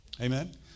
Amen